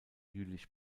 jülich